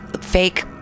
fake